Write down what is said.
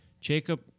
Jacob